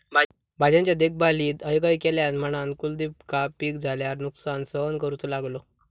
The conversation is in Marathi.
भाज्यांच्या देखभालीत हयगय केल्यान म्हणान कुलदीपका पीक झाल्यार नुकसान सहन करूचो लागलो